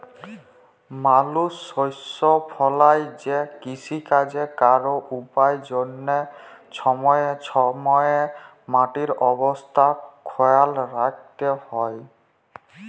মালুস শস্য ফলাঁয় যে কিষিকাজ ক্যরে উয়ার জ্যনহে ছময়ে ছময়ে মাটির অবস্থা খেয়াল রাইখতে হ্যয়